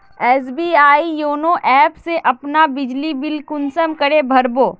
SBI YONO app से अपना बिजली बिल कुंसम करे भर बो?